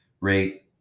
rate